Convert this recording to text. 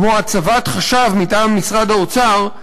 כמו הצבת חשב מטעם משרד האוצר,